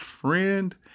friend